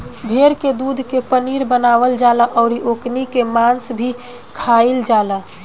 भेड़ के दूध के पनीर बनावल जाला अउरी ओकनी के मांस भी खाईल जाला